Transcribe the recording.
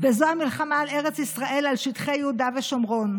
וזו המלחמה על ארץ ישראל, על שטחי יהודה ושומרון.